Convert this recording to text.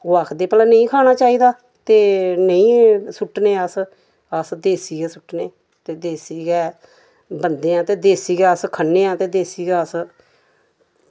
ओह् आक्खदे भला नेईं खाना चाहिदा ते नेईं सुट्टने अस अस देसी गै सुट्टने देसी गै बंदे ऐं ते देसी गै अस खन्ने आं ते देसी गै अस